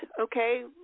okay